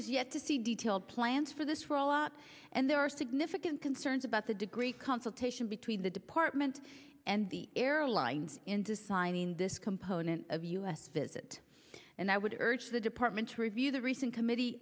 has yet to see detailed plans for this rollout and there are significant concerns about the degree consultation between the department and the airlines into signing this component of u s visit and i would urge the department to review the recent committee